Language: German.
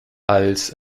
als